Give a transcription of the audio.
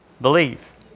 believe